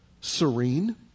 serene